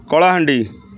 Kalahandi